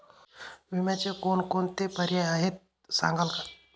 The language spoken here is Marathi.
विम्याचे कोणकोणते पर्याय आहेत सांगाल का?